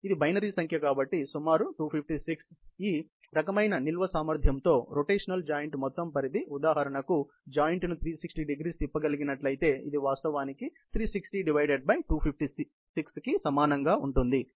కాబట్టి ఈ రకమైన నిల్వ సామర్థ్యంతో రోటేషనల్ జాయింట్ మొత్తం పరిధి ఉదాహరణకు జాయింట్ ను 360º తిప్పిగలిగినట్లయితే ఇది వాస్తవానికి 360256కి సమానంగా ఉంటుంది ఇది 1